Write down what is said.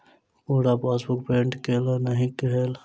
पूरा passbook print केल नहि भेल